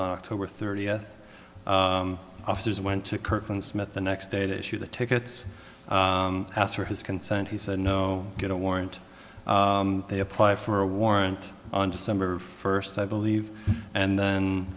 october thirtieth officers went to kirkland smith the next day to issue the tickets asked for his consent he said no get a warrant they apply for a warrant on december first i believe and then